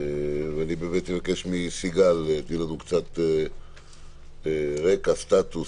אני מבקש מסיגל, תני לנו קצת רקע, סטטוס.